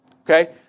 okay